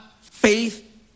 faith